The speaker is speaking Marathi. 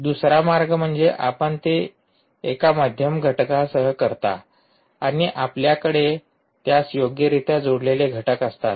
दुसरा मार्ग म्हणजे आपण ते एका मध्यम घटकासह करता आणि आपल्याकडे त्यास योग्यरित्या जोडलेले घटक असतात